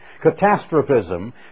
catastrophism